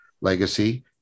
legacy